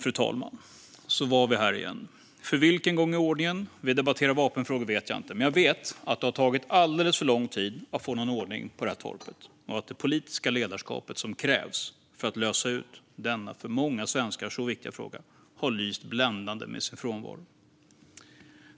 Fru talman! Så var vi här igen. För vilken gång i ordningen vi debatterar vapenfrågor vet jag inte, men jag vet att det har tagit alldeles för lång tid att få någon ordning på det här torpet och att det politiska ledarskap som krävs för att lösa denna för många svenskar så viktiga fråga har lyst bländande med sin frånvaro.